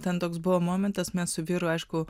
ten toks buvo momentas mes su vyru aišku